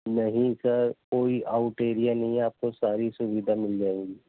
نہیں سر کوئی out area نہیں ہے آپ کو ساری سُوویدھا مل جائیں گی